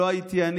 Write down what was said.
זה לא הייתי אני,